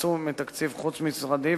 נעשו מתקציב חוץ-משרדי,